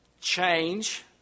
change